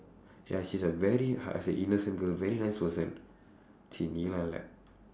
ya she is a very hard I say innocent girl very nice person !chi! நீ எல்லாம் இல்ல:nii ellaam illa